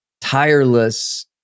tireless